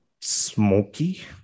smoky